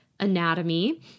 anatomy